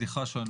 סליחה שאני לא.